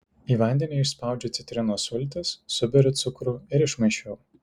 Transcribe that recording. į vandenį išspaudžiu citrinos sultis suberiu cukrų ir išmaišiau